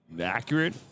accurate